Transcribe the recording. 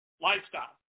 lifestyle